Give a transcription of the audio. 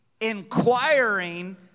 inquiring